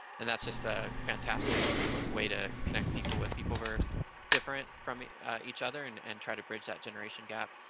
and that's just a fantastic way to connect people with people who are different from each other and and try to bridge that generation gap,